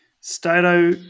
Stato